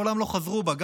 מעולם לא חזרו בהם,